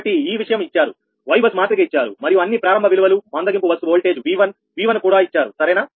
కాబట్టి ఈ విషయం ఇచ్చారు Y బస్ మాత్రిక ఇచ్చారు మరియు అన్ని ప్రారంభ విలువలు మందగింపు బస్సు ఓల్టేజ్ V1V1 కూడా ఇచ్చారు సరేనా